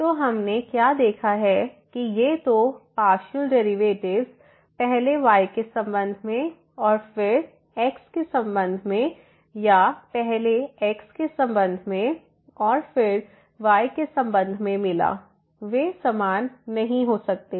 तो हमने क्या देखा है कि ये दो पार्शियल डेरिवेटिव्स पहले y के संबंध में और फिर x के संबंध में या पहले x के संबंध में और फिर y के संबंध में मिला वे समान नहीं हो सकते हैं